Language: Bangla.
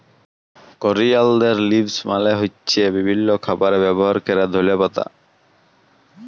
করিয়ালদের লিভস মালে হ্য়চ্ছে বিভিল্য খাবারে ব্যবহার ক্যরা ধলে পাতা